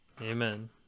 Amen